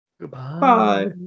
Goodbye